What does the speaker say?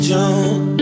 June